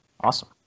awesome